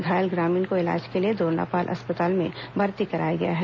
घायल ग्रामीण को इलाज के लिए दोरनापाल अस्पताल में भर्ती कराया गया है